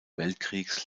weltkriegs